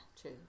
true